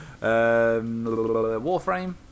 Warframe